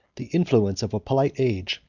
the influence of a polite age,